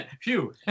Phew